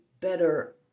better